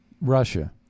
Russia